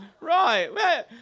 right